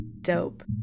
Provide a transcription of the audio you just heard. Dope